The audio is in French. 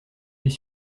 suis